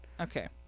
Okay